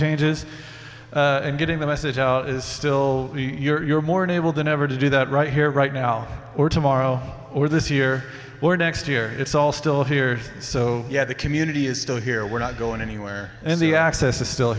changes and getting the message out is still you're more enabled than ever to do that right here right now or tomorrow or this year or next year it's all still here so yeah the community is still here we're not going anywhere and the access is still